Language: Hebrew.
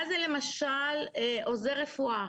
מה זה למשל עוזר רפואה.